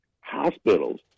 Hospitals